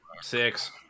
Six